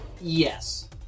yes